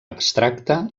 abstracta